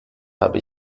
habe